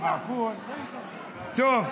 טוב.